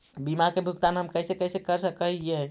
बीमा के भुगतान हम कैसे कैसे कर सक हिय?